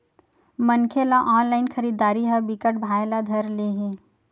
मनखे ल ऑनलाइन खरीदरारी ह बिकट भाए ल धर ले हे